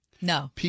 No